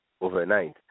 overnight